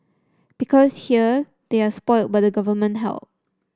because here they are spoilt by the government help